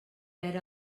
perd